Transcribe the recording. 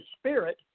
Spirit